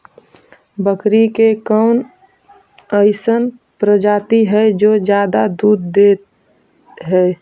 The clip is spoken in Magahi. बकरी के कौन अइसन प्रजाति हई जो ज्यादा दूध दे हई?